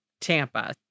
Tampa